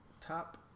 Top